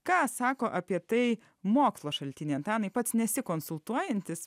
ką sako apie tai mokslo šaltiniai antanai pats nesi konsultuojantis